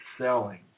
selling